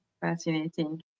Fascinating